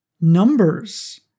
numbers